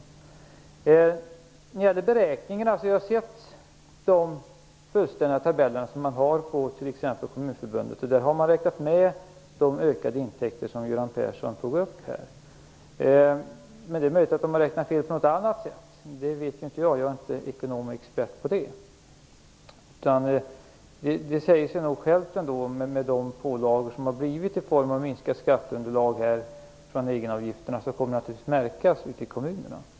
När det gäller beräkningarna har jag sett de fullständiga tabeller som t.ex. Kommunförbundet har. Man har där räknat med de ökade intäkter som Göran Persson tog upp här. Men det är möjligt att de har räknat fel på något annat sätt - jag vet inte; jag är inte ekonom eller expert på detta. Det säger sig självt, med pålagorna i form av minskat skatteunderlag från egenavgifterna, att det här naturligtvis kommer att märkas ute i kommunerna.